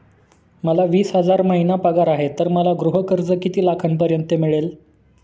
मला वीस हजार महिना पगार आहे तर मला गृह कर्ज किती लाखांपर्यंत मिळेल?